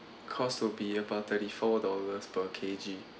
cost will be about thirty-four dollars per K_G